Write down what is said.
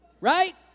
Right